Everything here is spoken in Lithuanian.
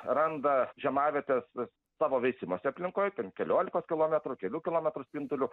randa žiemavietes savo veisimosi aplinkoj ten keliolikos kilometrų kelių kilometrų spinduliu